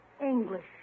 English